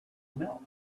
milk